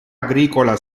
agricola